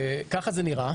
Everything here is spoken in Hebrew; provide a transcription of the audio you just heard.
(הצגת מצגת) ככה זה נראה.